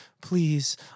please